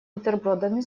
бутербродами